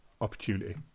opportunity